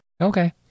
Okay